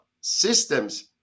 systems